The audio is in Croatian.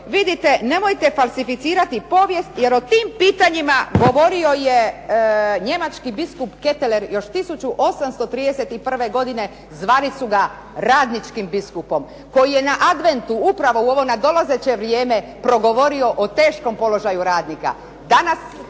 vidite nemojte falsificirati povijest jer o tim pitanjima govorio je njemački biskup Keteler još 1831. godine zvali su ga radničkim biskupom koji je na adventu upravo u ovo nadolazeće vrijeme progovorio o teškom položaju radnika.